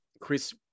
chris